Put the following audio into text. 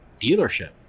dealership